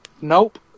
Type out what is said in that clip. nope